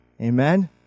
Amen